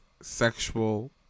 sexual